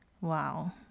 Wow